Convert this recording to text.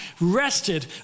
rested